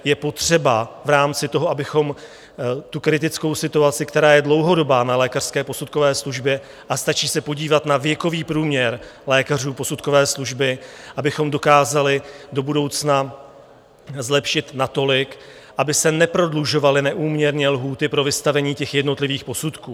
Je potřeba v rámci toho, abychom tu kritickou situaci, která je dlouhodobá na lékařské posudkové službě, a stačí se podívat na věkový průměr lékařů posudkové služby, abychom dokázali do budoucna zlepšit natolik, aby se neprodlužovaly neúměrně lhůty pro vystavení těch jednotlivých posudků.